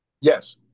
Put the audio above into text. Yes